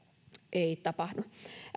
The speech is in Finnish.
tapahdu